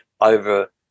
over